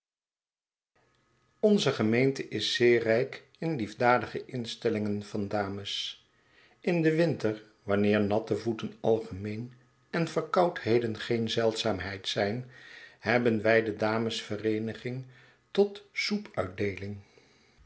onze gemeente is zeer rijk in hefdadige instellingen van dames in den winter wanneer natte voeten algemeen en verkoudheden geen zeldzaamheid zijn hebben wij de dames vereeniging tot soepuitdeeling